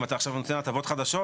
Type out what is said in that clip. אם אתה נותן הטבות חדשות,